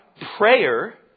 prayer